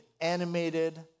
animated